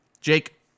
Jake